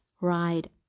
ride